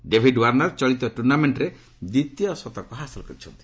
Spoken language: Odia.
ଡେଭିଡ୍ ୱାର୍ଷର୍ ଚଳିତ ଟୁର୍ଣ୍ଣାମେଣ୍ଟରେ ଦ୍ୱିତୀୟ ଶତକ ହାସଲ କରିଛନ୍ତି